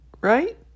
Right